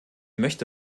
möchte